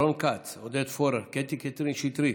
רון כץ, עודד פורר, קטי קטרין שטרית,